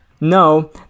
No